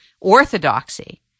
orthodoxy